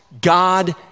God